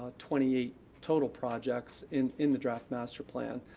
ah twenty eight total projects in in the draft master plan.